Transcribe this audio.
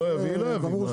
לא יביא לא יביא.